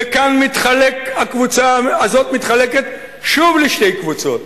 וכאן הקבוצה הזאת מתחלקת שוב לשתי קבוצות,